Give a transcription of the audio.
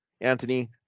Anthony